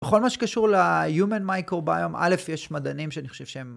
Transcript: בכל מה שקשור ל-Human mocrobiome, א' יש מדענים שאני חושב שהם